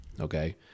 Okay